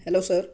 hello sir